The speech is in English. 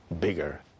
bigger